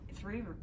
Three